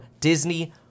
Disney